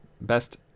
best